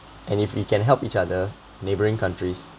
and if we can help each other neighbouring countries